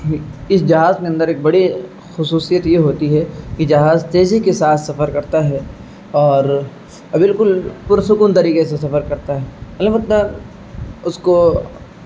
اس جہاز کے اندر ایک بڑی خصوصیت یہ ہوتی ہے کہ جہاز تیزی کے ساتھ سفر کرتا ہے اور بالکل پرسکون طریقے سے سفر کرتا ہے البتہ اس کو